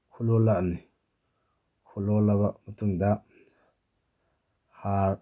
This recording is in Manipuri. ꯈꯨꯠꯂꯣꯜꯂꯛꯑꯅꯤ ꯈꯨꯜꯂꯣꯜꯂꯛꯑꯕ ꯃꯇꯨꯡꯗ ꯍꯥꯔ